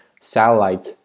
satellite